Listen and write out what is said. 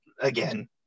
again